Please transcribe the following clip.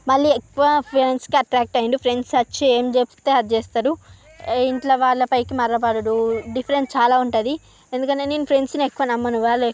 మళ్ళీ ఎక్కువ ఫ్రెండ్స్కి అట్రాక్ట్ అయ్యుండు ఫ్రెండ్స్ వచ్చి ఏం చెప్తే అది చేస్తాడు ఇంట్లో వాళ్లపైకి మలబడడు డిఫరెంట్ చాలా ఉంటుంది ఎందుకంటే నేను ఫ్రెండ్స్ని ఎక్కువగా నమ్మను వాళ్ళు